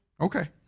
Okay